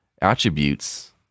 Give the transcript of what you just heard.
attributes